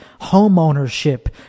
homeownership